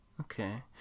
okay